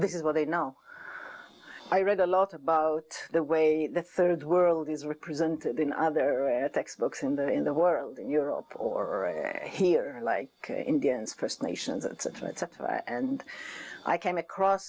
this is what they now i read a lot about the way the third world is represented in other textbooks in the in the world in europe or here like indians first nations and i came across